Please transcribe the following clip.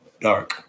dark